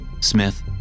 Smith